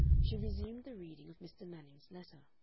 she resumed the reading of mr. manning's letter.